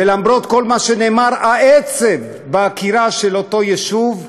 ולמרות כל מה שנאמר, העצב בעקירה של אותו יישוב,